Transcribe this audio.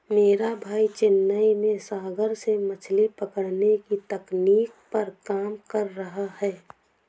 मेरा भाई चेन्नई में सागर से मछली पकड़ने की तकनीक पर काम कर रहा है